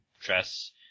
dress